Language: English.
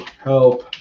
help